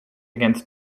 against